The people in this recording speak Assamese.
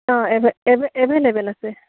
অঁ এভ এভেইলেবল আছে